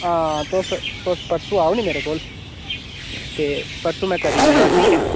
हां तुस तुस परसूं आओ नी मेरे कोल ते परसूं में करी ओड़ना नां ठीक ऐ